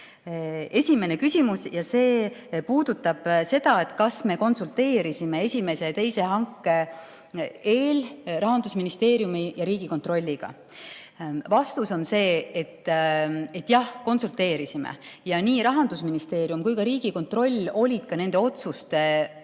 Esimene küsimus puudutab seda, kas me konsulteerisime esimese ja teise hanke eel Rahandusministeeriumi ja Riigikontrolliga. Vastus on see, et jah, konsulteerisime. Nii Rahandusministeerium kui ka Riigikontroll olid nende otsuste juures